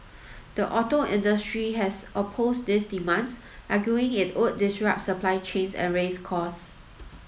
the auto industry has opposed these demands arguing it would disrupt supply chains and raise costs